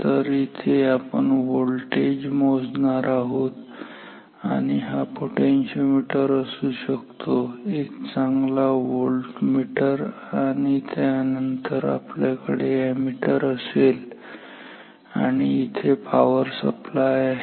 तर इथे आपण व्होल्टेज मोजणार आहोत आणि हा पोटेन्शिओमीटर असू शकतो एक चांगला व्होल्टमीटर आणि नंतर आपल्याकडे अॅमीटर असेल आणि इथे आपल्याकडे पावर सप्लाय आहे